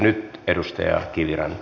nyt edustaja kiviranta